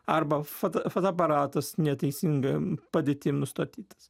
arba foto fotoaparatas neteisingam padėtim nustatytas